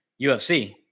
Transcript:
UFC